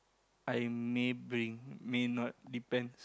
I may bring may not depends